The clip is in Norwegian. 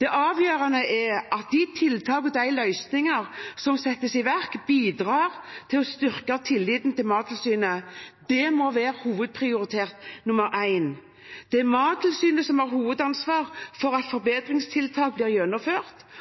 Det avgjørende er at de tiltak og de løsninger som settes i verk, bidrar til å styrke tilliten til Mattilsynet. Det må være hovedprioritet nummer én. Det er Mattilsynet som har hovedansvar for at forbedringstiltak blir gjennomført,